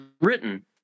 written